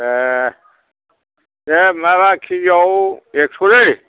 ए दे माबा केजियाव एकस'लै